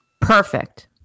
Perfect